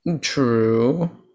True